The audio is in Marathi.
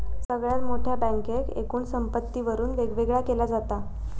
सगळ्यात मोठ्या बँकेक एकूण संपत्तीवरून वेगवेगळा केला जाता